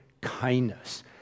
kindness